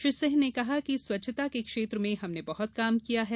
श्री सिंह ने कहा स्वच्छता के क्षेत्र में हमने बहुत काम किया है